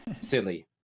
silly